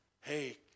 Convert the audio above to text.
hey